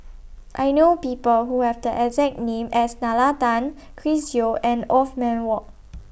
I know People Who Have The exact name as Nalla Tan Chris Yeo and Othman Wok